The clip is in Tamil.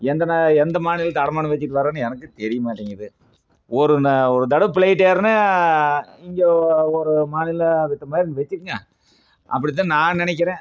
எந்த நா எந்த மாநிலத்தை அடமானம் வச்சுட்டு வர்றாருன்னு எனக்கும் தெரிய மாட்டேங்குது ஒரு ந ஒரு தடவை பிளைட்டு ஏறினா இங்கே ஒரு மாநிலம் விற்ற மாதிரினு வச்சுக்கங்க அப்படி தான் நான் நினக்கிறேன்